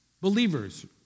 believers